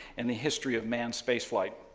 and the history of manned space flight.